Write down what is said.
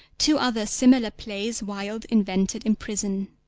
two other similar plays wilde invented in prison,